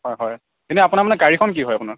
হয় হয় কিন্তু আপোনাৰ মানে গাড়ীখন কি হয় আপোনাৰ